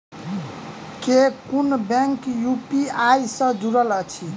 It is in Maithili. केँ कुन बैंक यु.पी.आई सँ जुड़ल अछि?